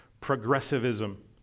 progressivism